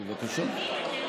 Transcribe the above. בבקשה.